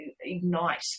ignite